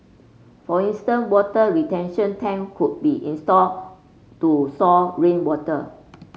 for instance water retention tank could be installed to store rainwater